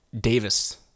Davis